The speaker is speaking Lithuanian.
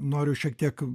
noriu šiek tiek